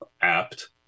apt